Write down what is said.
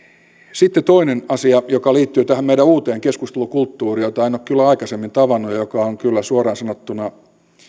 sitten toinen asia joka liittyy tähän meidän uuteen keskustelukulttuuriimme jota en ole kyllä aikaisemmin tavannut ja joka on kyllä suoraan sanottuna